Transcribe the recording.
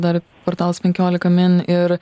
dar portalas penkiolika min ir